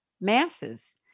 masses